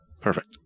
Perfect